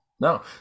No